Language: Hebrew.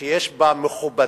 שיש בה מכובדות,